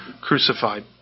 crucified